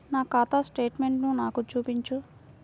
నా ఖాతా స్టేట్మెంట్ను నాకు చూపించు